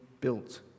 built